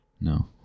No